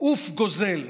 עוף, גוזֵל,